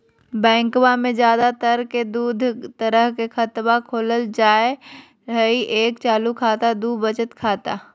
बैंकवा मे ज्यादा तर के दूध तरह के खातवा खोलल जाय हई एक चालू खाता दू वचत खाता